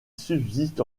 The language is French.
subsistent